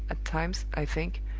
at times, i think,